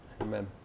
Amen